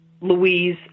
Louise